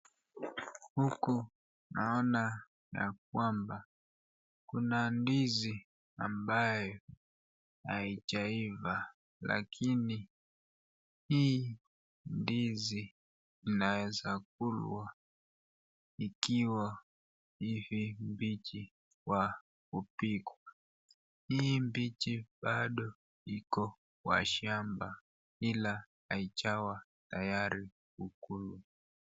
Huku naona ya kwamba kuna ndizi ambayo haijaiva lakini hii ndizi inaweza kulwa ikiwa hivi mbichi kwa kupikwa. Hii mbichi bado iko kwa shamba ila haijawa tayari kukulwa.